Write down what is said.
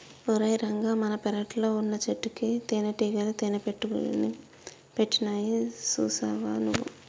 ఓరై రంగ మన పెరట్లో వున్నచెట్టుకి తేనటీగలు తేనెపట్టుని పెట్టినాయి సూసావా నువ్వు